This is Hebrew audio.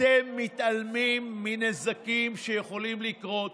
אתם מתעלמים מנזקים שיכולים לקרות,